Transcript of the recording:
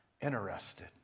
interested